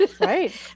Right